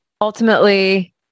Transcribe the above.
Ultimately